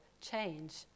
change